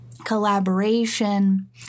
collaboration